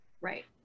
Right